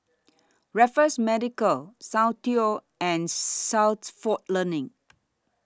Raffles Medical Soundteoh and Learning